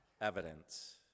evidence